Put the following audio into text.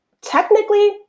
technically